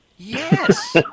Yes